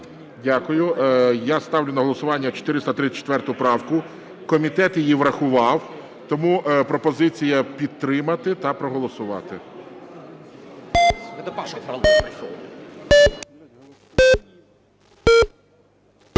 Дякую. Я ставлю на голосування 434 правку, комітет її врахував, тому пропозиція підтримати та проголосувати.